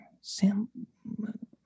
sam